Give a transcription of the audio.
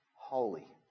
holy